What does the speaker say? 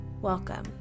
Welcome